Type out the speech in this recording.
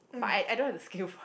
but I I don't have the skill for